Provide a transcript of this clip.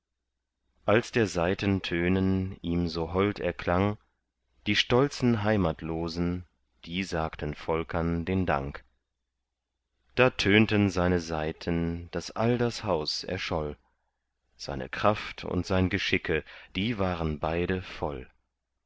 als der saiten tönen ihm so hold erklang die stolzen heimatlosen die sagten volkern den dank da tönten seine saiten daß all das haus erscholl seine kraft und sein geschicke die waren beide voll